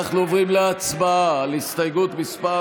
אנחנו עוברים להצבעה על הסתייגות מס'